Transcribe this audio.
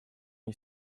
you